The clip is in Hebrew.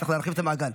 וצריך להרחיב את המעגל.